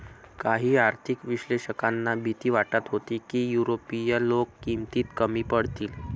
काही आर्थिक विश्लेषकांना भीती वाटत होती की युरोपीय लोक किमतीत कमी पडतील